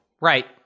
Right